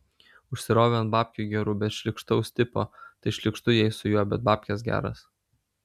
užsirovė ant babkių gerų bet šlykštaus tipo tai šlykštu jai su juo bet babkės geros